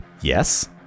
Yes